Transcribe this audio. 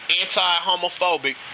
anti-homophobic